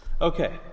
Okay